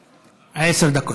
דקות.